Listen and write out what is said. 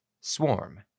Swarm